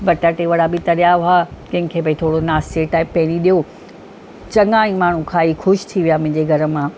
बटाटे वड़ा बि तरिया हुआ कंहिंखे भई थोरो नास्ते टाइप पहिरीं ॾिनो चङा ई माण्हू खाई ख़ुशि थी विया मुंहिंजे घर मां